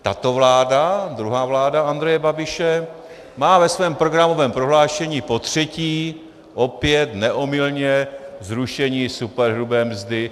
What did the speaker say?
Tato vláda, druhá vláda Andreje Babiše, má ve svém programovém prohlášení potřetí opět neomylně zrušení superhrubé mzdy.